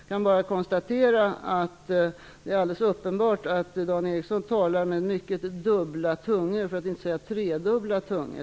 Det är alldeles uppenbart att Dan Eriksson talar med dubbla, för att inte säga tredubbla, tungor.